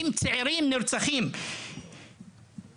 שנרצחים, מדובר באנשים צעירים.